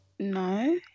No